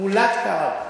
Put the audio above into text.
מולט קרדו.